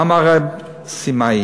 אמר ר' סימאי: